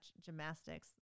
gymnastics